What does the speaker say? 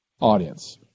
audience